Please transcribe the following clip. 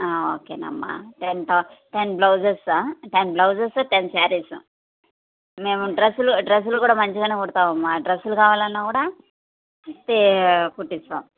ఓకేనమ్మా టెన్ థౌ ten blouses ten blouses ten saris మేము డ్రెస్సులు డ్రెస్సులు కూడా మంచిగానే కుడతావమ్మా డ్రెస్సులు కావాలన్నా కూడా కుట్టిస్తాం